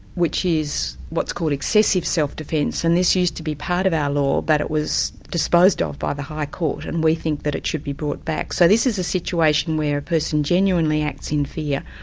which is what's called excessive self-defence, and this used to be part of our law, but it was disposed ah of by the high court, and we think that it should be brought back. so this is a situation where a person genuinely acts in fear,